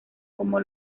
como